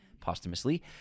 posthumously